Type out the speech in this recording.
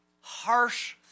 harsh